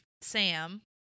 Sam